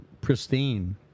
pristine